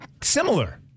similar